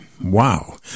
Wow